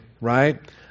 right